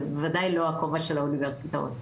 זה בוודאי לא הכובע של האוניברסיטאות.